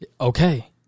Okay